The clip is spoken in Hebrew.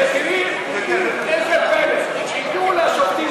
ותראי איזה פלא: הגיעו לשופטים,